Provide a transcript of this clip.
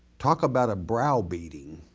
talk about a browbeating,